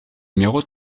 numéro